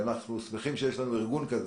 אנחנו שמחים שיש לנו ארגון כזה,